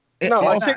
No